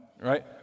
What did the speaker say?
right